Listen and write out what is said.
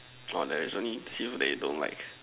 or there is only seafood that you don't like